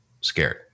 scared